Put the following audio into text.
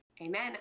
Amen